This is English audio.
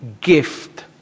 gift